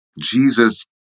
Jesus